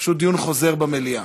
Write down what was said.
פשוט דיון חוזר במליאה.